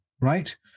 right